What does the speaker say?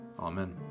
Amen